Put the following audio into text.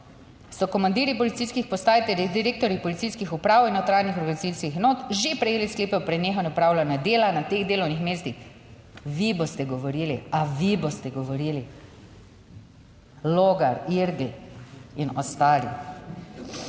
so komandirji policijskih postaj ter direktorji policijskih uprav in notranjih organizacijskih enot že prejeli sklepe o prenehanju opravljanja dela na teh delovnih mestih. Vi boste govorili? A vi boste govorili? Logar, Irgl in ostali.